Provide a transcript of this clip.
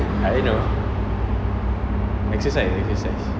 I know exercise exercise